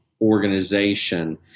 organization